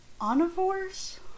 omnivores